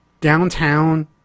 Downtown